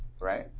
right